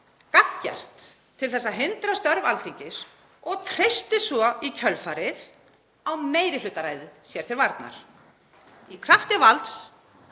gagngert til að hindra störf Alþingis og treysta í kjölfarið á meirihlutaræðið sér til varnar í krafti valds,